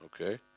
Okay